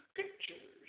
pictures